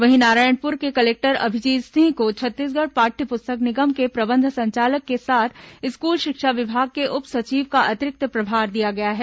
वहीं नारायणपुर के कलेक्टर अभिजीत सिंह को छत्तीसगढ़ पाठ्य पुस्तक निगम के प्रबंध संचालक के साथ स्कूल शिक्षा विभाग के उप सचिव का अतिरिक्त प्रभार दिया गया है